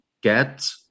get